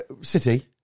City